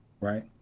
Right